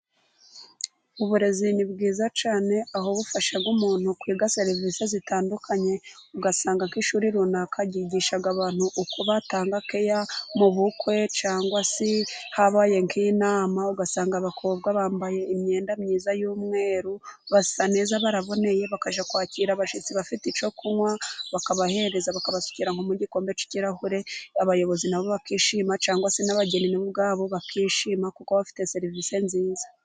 Uburezi ni bwiza cyane aho bufasha umuntu kwiga serivisi zitandukanye, ugasanga ko ishuri runaka ryigisha abantu uko batanga keya mu bukwe, cyangwa se habaye nk'inama ugasanga abakobwa bambaye imyenda myiza y'umweru basa neza baraboneye, bakajya kwakira abashyitsi bafite icyo kunywa, bakabahereza bakabasukira mu gikombe cy'ikirahure, abayobozi na bo bakishima cyangwa se n'abageni ubwabo bakishima kuko bafite serivisi nziza.